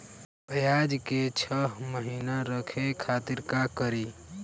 प्याज के छह महीना रखे खातिर का करी?